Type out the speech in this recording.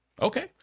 Okay